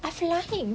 I flying